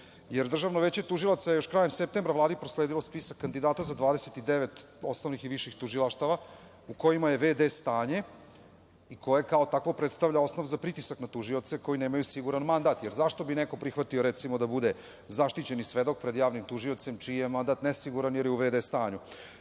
jer Državno veće tužilaca je još krajem septembra Vladi prosledilo spisak kandidata za 29 osnovnih i viših tužilaštava u kojima je v.d. stanje i koje, kao takvo, predstavlja osnov za pritisak na tužioce koji nemaju siguran mandat. Zašto bi neko prihvatio, recimo, da bude zaštićeni svedok pred javnim tužiocem čiji je mandat nesiguran jer je u v.d.